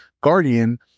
guardian